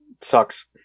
sucks